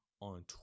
on